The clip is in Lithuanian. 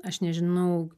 aš nežinau